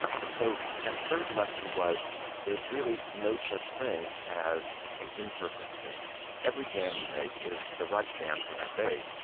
and so that third lesson was there's really no such thing as an imperfect jam. every jam you make is the right jam for that day.